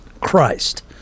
Christ